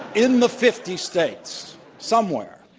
in the fifty states somewhere,